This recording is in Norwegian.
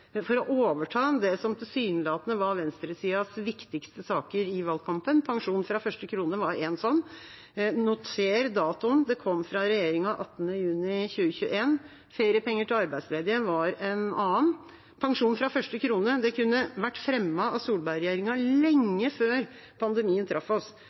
for å overta det som tilsynelatende var venstresidas viktigste saker i valgkampen. Pensjon fra første krone var en sånn sak. Noter datoen – det kom fra regjeringa 18. juni 2021. Feriepenger til arbeidsledige var en annen. Pensjon fra første krone kunne vært fremmet av Solberg-regjeringa lenge før pandemien traff